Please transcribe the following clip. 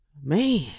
Man